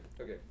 Okay